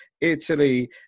Italy